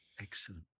Excellent